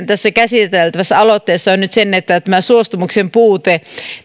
tässä käsiteltävässä aloitteessa on nyt tämä suostumuksen puute